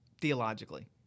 theologically